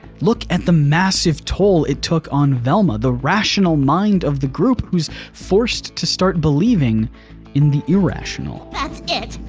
look at the massive toll it took on velma, the rational mind of the group who's forced to start believing in the irrational. that's it,